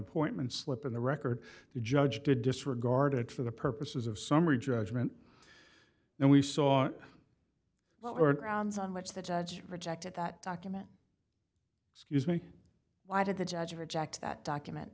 appointment slip in the record the judge did disregard it for the purposes of summary judgment and we saw it well around on which the judge rejected that document excuse me why did the judge reject that document